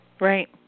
Right